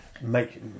Make